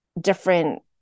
different